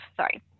Sorry